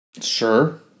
Sure